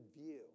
view